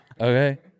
okay